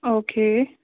okay